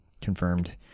confirmed